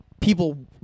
People